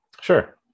Sure